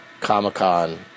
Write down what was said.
Comic-Con